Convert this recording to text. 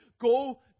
go